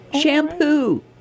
Shampoo